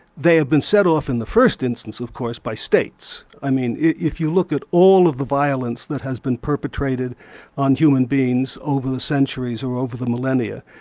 they have been set off in the first instance of course, by states. i mean if you look at all of the violence that has been perpetrated on human beings over the centuries, or over the millennia,